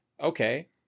okay